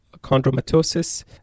chondromatosis